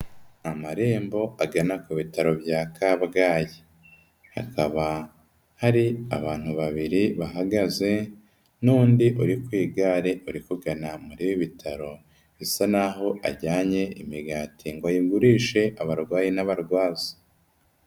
Amarembo agana ku bitaro bya Kabgayi, hakaba hari abantu babiri bahagaze n'undi uri ku igare uri mkugana kuri ibi bitaro, bisa naho ajyanye imigati ngo ayigurishe abarwayi n'abarwaza.